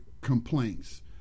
complaints